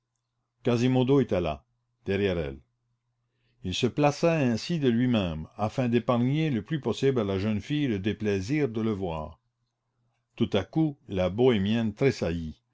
quasimodo était là derrière elle il se plaçait ainsi de lui-même afin d'épargner le plus possible à la jeune fille le déplaisir de le voir tout à coup la bohémienne